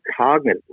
cognitively